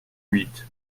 huit